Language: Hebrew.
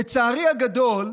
לצערי הגדול,